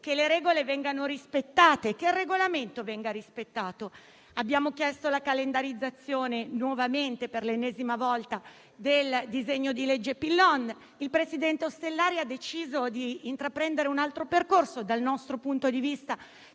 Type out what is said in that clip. che le regole e il Regolamento vengano rispettati. Abbiamo chiesto la calendarizzazione nuovamente, per l'ennesima volta, del disegno di legge Zan: il presidente Ostellari ha deciso di intraprendere un altro percorso che, dal nostro punto di vista,